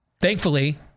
Thankfully